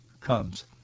comes